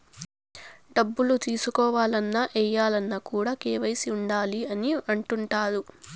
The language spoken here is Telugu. డబ్బులు తీసుకోవాలన్న, ఏయాలన్న కూడా కేవైసీ ఉండాలి అని అంటుంటారు